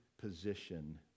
position